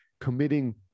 committing